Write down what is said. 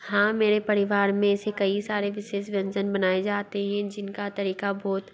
हाँ मेरे परिवार में ऐसे कई सारे विशेष व्यंजन बनाए जाते हें जिनका तरीक़ा बहुत